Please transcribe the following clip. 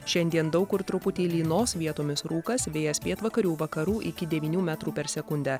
šiandien daug kur truputį lynos vietomis rūkas vėjas pietvakarių vakarų iki devynių metrų per sekundę